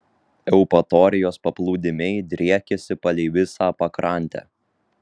eupatorijos paplūdimiai driekiasi palei visą pakrantę